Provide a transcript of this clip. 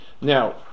Now